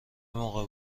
موقع